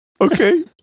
Okay